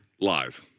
Lies